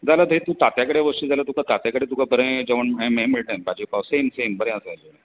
जाल्यार थंय तूं तात्या कडेन वचशीत जाल्यार थंय तुका बरे जेवण मेळटले हय ताजे सेम सेम बरे आसा